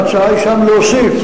ההצעה שם היא להוסיף,